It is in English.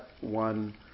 one